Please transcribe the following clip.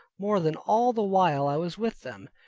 more than all the while i was with them,